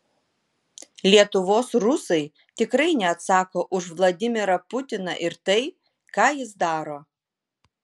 lietuvos rusai tikrai neatsako už vladimirą putiną ir tai ką jis daro